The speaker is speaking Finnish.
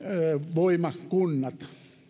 voimakunnat